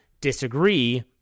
disagree